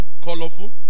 colorful